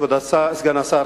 כבוד סגן השר,